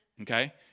Okay